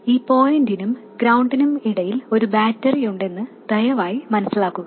ഈ പോയിന്റിനും ഗ്രൌണ്ടിനും ഇടയിൽ ഒരു ബാറ്ററിയുണ്ടെന്ന് ദയവായി മനസിലാക്കുക